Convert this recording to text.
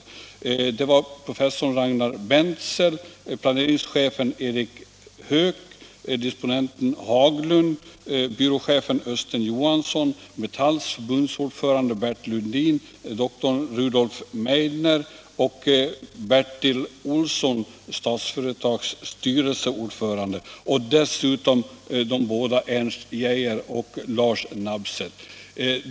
I referensgruppen ingick vidare professorn Ragnar Bentzel, planeringschefen Erik Höök, disponenten Haglund, byråchefen Östen Johansson, Metalls förbundsordförande Bert Lundin, doktor Rudolf Meidner och Statsföretags styrelseordförande doktor Bertil Olsson. Dessutom ingick Ernst Geijer och Lars Nabseth.